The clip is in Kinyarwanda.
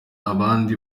abandi